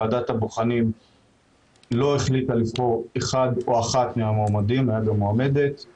ועדת הבוחנים החליטה לא לבחור אחד או אחת מהמועמדים הייתה גם מועמדת.